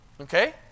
Okay